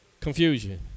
confusion